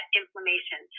inflammation